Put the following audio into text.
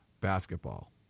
basketball